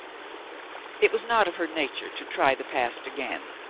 it was not of her nature to try the past again,